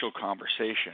conversation